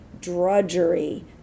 drudgery